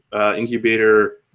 Incubator